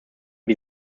die